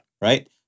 right